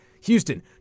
Houston